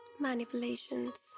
manipulations